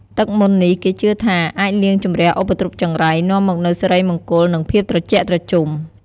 ទឹកមន្តនេះគេជឿថាអាចលាងជម្រះឧបទ្រពចង្រៃ នាំមកនូវសិរីមង្គល និងភាពត្រជាក់ត្រជុំ។